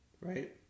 right